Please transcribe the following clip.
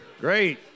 Great